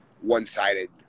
one-sided